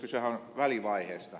kysehän on välivaiheesta